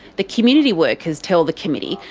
the community workers tell the committee,